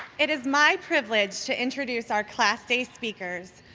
it is my privilege to introduce our class day speakers,